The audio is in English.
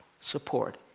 support